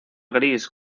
gris